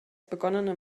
begonnene